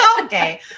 okay